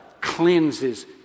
cleanses